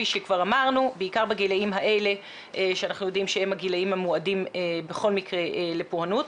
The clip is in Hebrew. בעיקר בגילאים האלה שהם הגילאים המועדים בכל מקרה לפורענות.